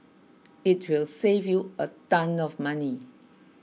it will save you a ton of money